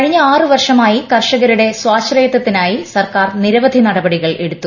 കഴിഞ്ഞ ആറ് വർഷമായി കർഷകരുടെ സ്വാശ്രയത്വത്തിനായി സർക്കാർ നിരവധി നടപടികൾ എടുത്തു